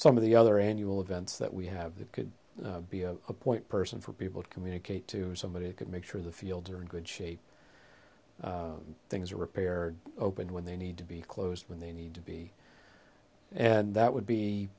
some of the other annual events that we have that could be a point person for people to communicate to somebody who could make sure the fields are in good shape things are repaired open when they need to be closed when they need to be and that would be